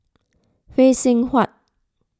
Phay Seng Whatt